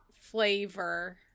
flavor